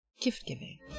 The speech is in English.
Gift-Giving